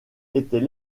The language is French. était